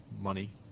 money